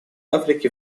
африке